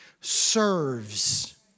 serves